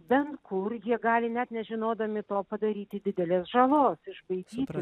bent kur jie gali net nežinodami to padaryti didelės žalos išbaidyti